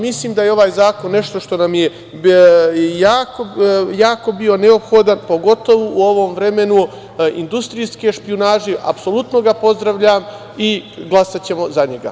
Mislim da je ovaj zakon jako bio neophodan, pogotovo u ovom vremenu industrijske špijunaže, apsolutno ga pozdravljam i glasaćemo za njega.